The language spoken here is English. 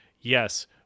yes